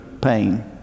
pain